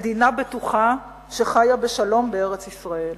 מדינה בטוחה שחיה בשלום בארץ-ישראל.